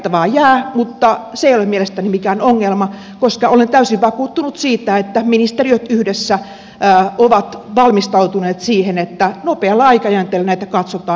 korjattavaa jää mutta se ei ole mielestäni mikään ongelma koska olen täysin vakuuttunut siitä että ministeriöt yhdessä ovat valmistautuneet siihen että nopealla aikajänteellä näitä katsotaan